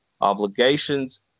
obligations